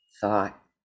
thought